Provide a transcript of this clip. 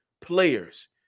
players